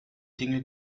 dinge